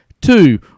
Two